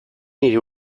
nire